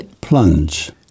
Plunge